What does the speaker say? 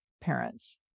parents